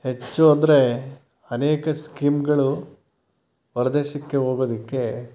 ಹೆಚ್ಚು ಅಂದರೆ ಅನೇಕ ಸ್ಕೀಮ್ಗಳು ಹೊರದೇಶಕ್ಕೆ ಹೋಗೋದಕ್ಕೆ